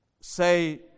say